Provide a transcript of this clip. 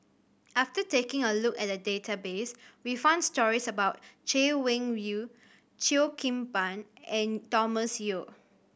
after taking a look at the database we found stories about Chay Weng Yew Cheo Kim Ban and Thomas Yeo